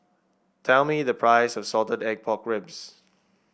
tell me the price of Salted Egg Pork Ribs